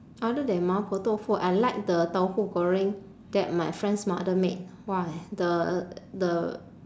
other than 麻婆豆腐 I like the tauhu goreng that my friend's mother made !wah! the the